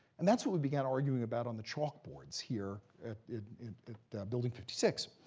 and that's what we began arguing about on the chalkboards here at building fifty six.